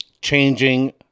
changing